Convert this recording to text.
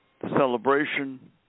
celebration